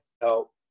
help